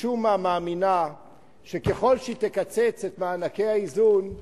משום מה מאמינה שככל שהיא תקצץ את מענקי האיזון,